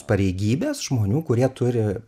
pareigybes žmonių kurie turi